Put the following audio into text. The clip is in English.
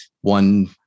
one